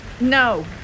No